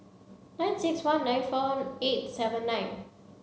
nine six one nine four eight seven nine